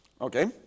Okay